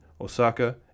Osaka